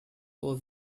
was